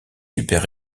super